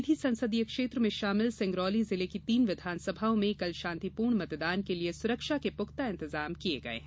सीधी सीट के लिये सिंगरौली जिले की तीन विधानसभाओं में कल शान्तिपूर्ण मतदान के लिये सुरक्षा के पुख्ता इंतजाम किये गये हैं